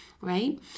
right